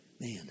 Man